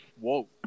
whoa